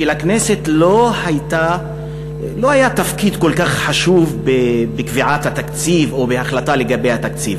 שלכנסת לא היה תפקיד כל כך חשוב בקביעת התקציב או בהחלטה לגבי התקציב.